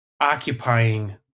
occupying